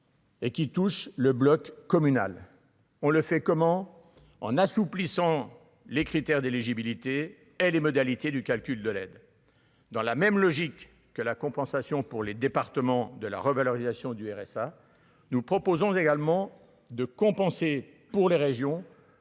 Et qui touche le bloc communal, on le fait, comment en assouplissant les critères d'éligibilité et les modalités du calcul de l'aide dans la même logique que la compensation pour les départements de la revalorisation du RSA nous proposons également de compenser pour les régions,